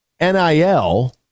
NIL